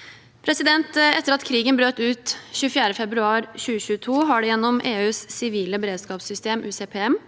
kommer. Etter at krigen brøt ut 24. februar 2022, har det gjennom EUs sivile beredskapssystem, UCPM,